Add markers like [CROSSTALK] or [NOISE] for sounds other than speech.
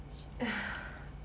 [NOISE]